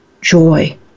joy